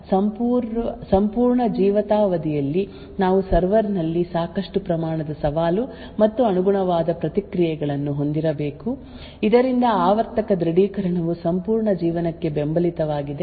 ಆದ್ದರಿಂದ ಈ ನಿರ್ದಿಷ್ಟ ಎಡ್ಜ್ ನ ಸಾಧನದ ಸಂಪೂರ್ಣ ಜೀವಿತಾವಧಿಯಲ್ಲಿ ನಾವು ಸರ್ವರ್ ನಲ್ಲಿ ಸಾಕಷ್ಟು ಪ್ರಮಾಣದ ಸವಾಲು ಮತ್ತು ಅನುಗುಣವಾದ ಪ್ರತಿಕ್ರಿಯೆಗಳನ್ನು ಹೊಂದಿರಬೇಕು ಇದರಿಂದ ಆವರ್ತಕ ದೃಢೀಕರಣವು ಸಂಪೂರ್ಣ ಜೀವನಕ್ಕೆ ಬೆಂಬಲಿತವಾಗಿದೆ